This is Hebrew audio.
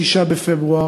6 בפברואר,